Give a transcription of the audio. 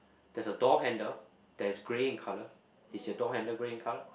there's a door handle that's grey in colour is your door handle grey in colour